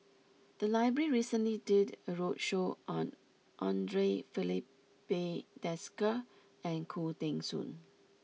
the library recently did a roadshow on Andre Filipe Desker and Khoo Teng Soon